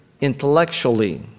intellectually